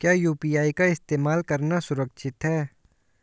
क्या यू.पी.आई का इस्तेमाल करना सुरक्षित है?